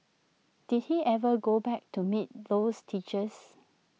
did he ever go back to meet those teachers